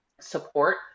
support